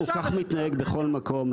הוא כך מתנהג בכל מקום,